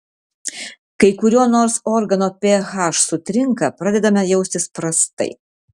kai kurio nors organo ph sutrinka pradedame jaustis prastai